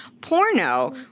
porno